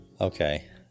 Okay